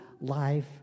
life